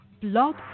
Blog